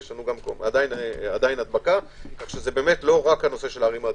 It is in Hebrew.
כך שזה לא רק הנושא של הערים האדומות.